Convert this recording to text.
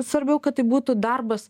svarbiau kad tai būtų darbas